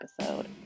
episode